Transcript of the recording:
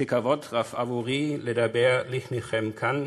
זה כבוד רב עבורי לדבר לפניכם כאן